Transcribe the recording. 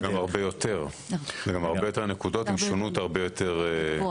זה גם הרבה יותר נקודות עם שונות הרבה יותר גדולה.